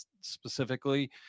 specifically